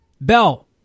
Bell